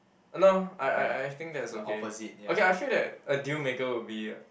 uh no I I I think that's okay okay I feel that a deal maker would be